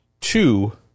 two